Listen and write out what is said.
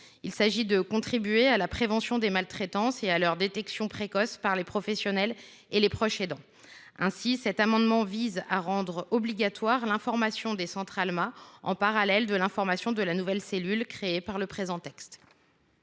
Il s’agit de contribuer à la prévention des maltraitances et à leur détection précoce par les professionnels et les proches aidants. Cet amendement vise à rendre obligatoire l’information des centres Alma en parallèle de l’information de la nouvelle cellule créée par le présent texte.